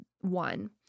one